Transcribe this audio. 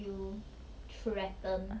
that's why they are called tikopek